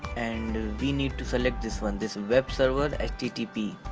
and we need to select this one this web server ah http.